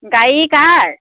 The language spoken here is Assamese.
গাড়ী কাৰ